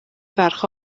ferch